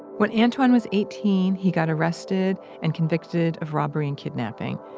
when antwan was eighteen, he got arrested and convicted of robbery and kidnapping.